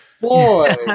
Boy